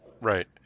right